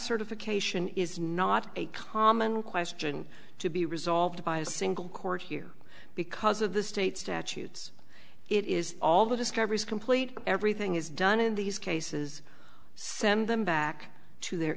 certification is not a common question to be resolved by a single court here because of the state statutes it is all the discovery is complete everything is done in these cases send them back to the